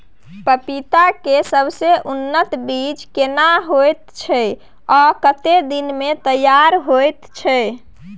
पपीता के सबसे उन्नत बीज केना होयत छै, आ कतेक दिन में तैयार होयत छै?